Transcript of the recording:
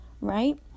right